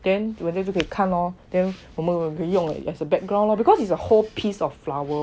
then 人家就可以看 lor then 我们可以用 as a background lor because it's a whole piece of flower